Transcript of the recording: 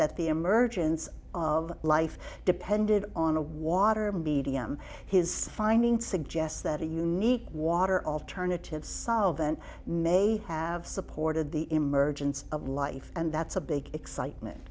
the emergence of life depended on the water medium his finding suggests that a unique water alternatives solvent may have supported the emergence of life and that's a big excitement